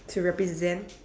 to represent